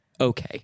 Okay